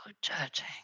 judging